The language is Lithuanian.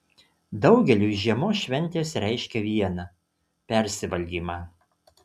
daugeliui žiemos šventės reiškia viena persivalgymą